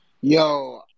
Yo